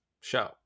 show